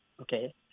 Okay